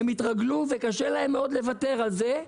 הם התרגלו וקשה להם מאוד לוותר על זה,